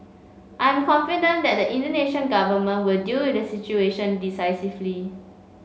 I am confident the Indonesian Government will deal with the situation decisively